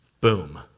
Boom